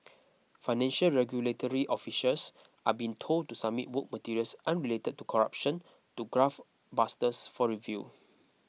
financial regulatory officials are being told to submit work materials unrelated to corruption to graft busters for review